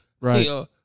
Right